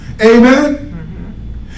Amen